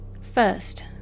First